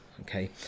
okay